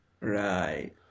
Right